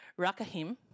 rakahim